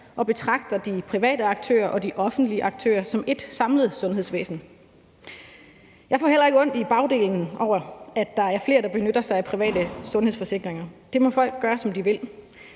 og betragter de private aktører og de offentlige aktører som ét samlet sundhedsvæsen. Jeg får heller ikke ondt i bagdelen over, at der er flere, der benytter sig af private sundhedsforsikringer. Det må folk gøre, som de vil.